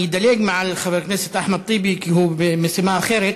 אני אדלג מעל חבר הכנסת אחמד טיבי כי הוא במשימה אחרת.